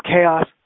chaos